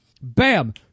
bam